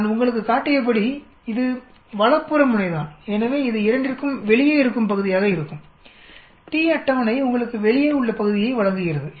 நான் உங்களுக்குக் காட்டியபடி இது வலப்புற முனை தான் எனவே இது இரண்டிற்கும் வெளியே இருக்கும் பகுதியாக இருக்கும் t அட்டவணை உங்களுக்கு வெளியே உள்ள பகுதியை வழங்குகிறது